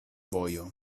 vojo